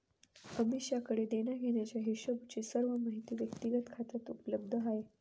अमीषाकडे देण्याघेण्याचा हिशोबची सर्व माहिती व्यक्तिगत खात्यात उपलब्ध आहे